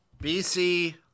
BC